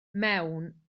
mewn